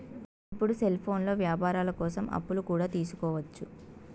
ఇప్పుడు సెల్ఫోన్లో వ్యాపారాల కోసం అప్పులు కూడా తీసుకోవచ్చు